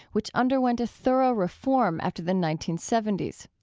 which underwent a thorough reform after the nineteen seventy s.